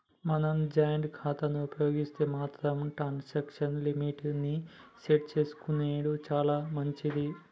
మనం జాయింట్ ఖాతాను ఉపయోగిస్తే మాత్రం ట్రాన్సాక్షన్ లిమిట్ ని సెట్ చేసుకునెడు చాలా మంచిది